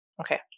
Okay